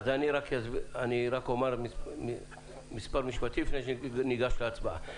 אני אגיד כמה משפטים לפני שאני ניגש להצבעה: